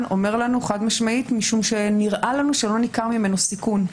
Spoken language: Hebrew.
אומר לנו חד-משמעית: משום שנראה לנו שלא ניכר ממנו סיכון.